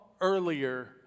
earlier